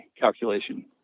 calculation